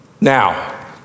Now